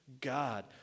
God